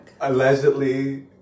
Allegedly